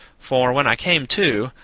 for, when i came to,